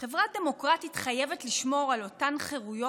חברה דמוקרטית חייבת לשמור על אותן חירויות